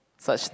such